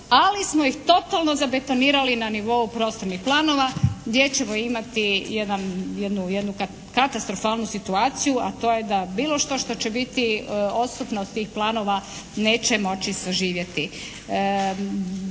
ali smo ih totalno zabetonirali na nivou prostornih planova gdje ćemo imati jedan, jednu katastrofalnu situaciju a to je da bilo što, što će biti …/Govornik se ne razumije./… planova neće moći saživjeti.